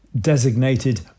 designated